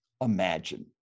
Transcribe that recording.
imagine